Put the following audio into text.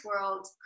world